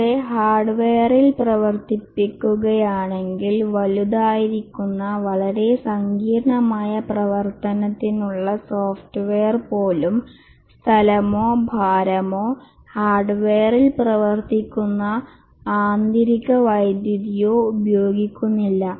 പക്ഷേ ഹാർഡ്വെയറിൽ പ്രവർത്തിക്കുകയാണെങ്കിൽ വലുതായിരിക്കുന്ന വളരെ സങ്കീർണ്ണമായ പ്രവർത്തനത്തിനുള്ള സോഫ്റ്റ്വെയർ പോലും സ്ഥലമോ ഭാരമോ ഹാർഡ്വെയറിൽ പ്രവർത്തിക്കുന്ന ആന്തരിക വൈദ്യുതിയോ ഉപയോഗിക്കുന്നില്ല